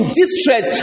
distress